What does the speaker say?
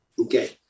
Okay